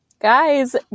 Guys